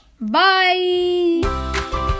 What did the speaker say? Bye